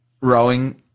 rowing